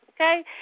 okay